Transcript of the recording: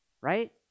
right